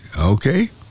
Okay